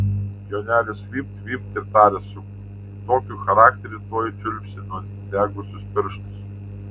jonelis vypt vypt ir tarė su tokiu charakteriu tuoj čiulpsi nudegusius pirštus